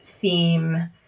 theme